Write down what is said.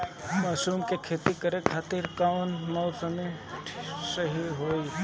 Mushroom के खेती करेके खातिर कवन मौसम सही होई?